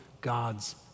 God's